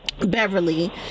Beverly